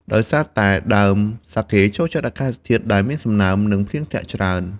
ដោយសារតែដើមសាកេចូលចិត្តអាកាសធាតុដែលមានសំណើម និងភ្លៀងធ្លាក់ច្រើន។